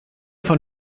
von